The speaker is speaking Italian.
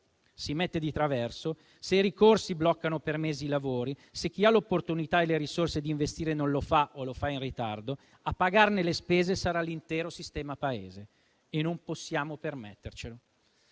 si mette di traverso, se i ricorsi bloccano per mesi i lavori, se chi ha l'opportunità e le risorse da investire non lo fa o lo fa in ritardo, a pagarne le spese sarà l'intero sistema Paese, e non possiamo permettercelo.